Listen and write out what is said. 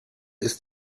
ist